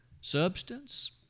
substance